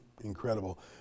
Incredible